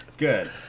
Good